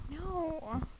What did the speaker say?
No